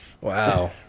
Wow